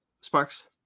Sparks